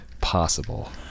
possible